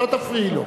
את לא תפריעי לו.